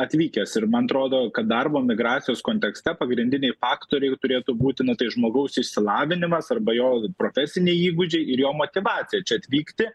atvykęs ir man atrodo kad darbo migracijos kontekste pagrindiniai faktoriai turėtų būti na tai žmogaus išsilavinimas arba jo profesiniai įgūdžiai ir jo motyvacija čia atvykti